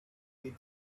with